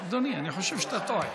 אדוני, אני חושב שאתה טועה.